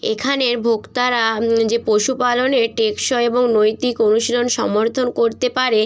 এখানের ভোক্তারা যে পশুপালনে টেকসই এবং নৈতিক অনুশীলন সমর্থন করতে পারে